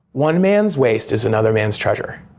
one man's waste is another man's treasure.